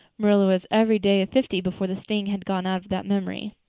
marilla was every day of fifty before the sting had gone out of that memory.